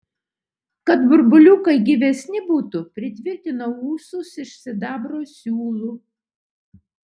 kad burbuliukai gyvesni būtų pritvirtinau ūsus iš sidabro siūlų